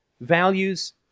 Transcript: values